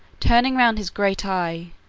turning round his great eye,